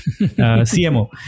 CMO